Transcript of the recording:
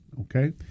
okay